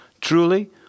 Truly